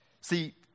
See